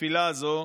בתפילה הזו.